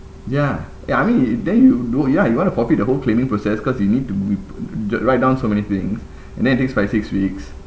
ya ya I mean it then you know ya you want to forfeit the whole claiming process cause you need to write down so many thing and then it takes five six weeks